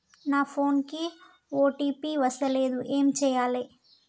నా ఫోన్ కి ఓ.టీ.పి వస్తలేదు ఏం చేయాలే?